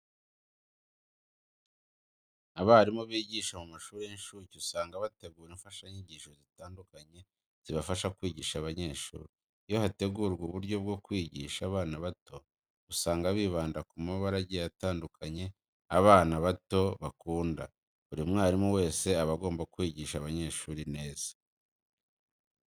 Abarimu bigisha mu mashuri y'incuke usanga bategura imfashanyigisho zitandukanye zibafasha kwigisha abanyeshuri. Iyo hategurwa uburyo bwo kwigisha abana bato usanga bibanda ku mabara agiye atandukanye abana bato bakunda. Buri mwarimu wese aba agomba kwigisha abanyeshuri neza.